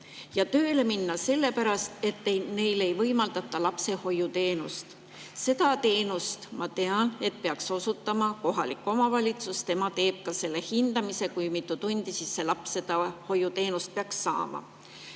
tööle minna, sellepärast et neile ei võimaldata lapsehoiuteenust. Seda teenust, ma tean, peaks osutama kohalik omavalitsus. Tema teeb ka hindamise, kui mitu tundi laps seda hoiuteenust peaks saama.